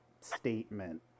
statement